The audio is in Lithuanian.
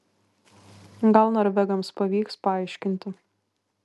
gal norvegams pavyks paaiškinti